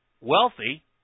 wealthy